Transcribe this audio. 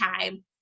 time